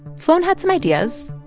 sloan had some ideas.